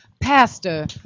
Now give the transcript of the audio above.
pastor